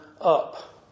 up